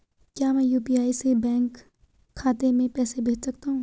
क्या मैं यु.पी.आई से बैंक खाते में पैसे भेज सकता हूँ?